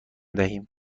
دهیم